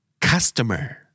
Customer